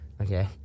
Okay